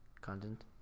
Content